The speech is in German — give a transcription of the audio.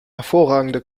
hervorragende